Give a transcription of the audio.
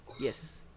yes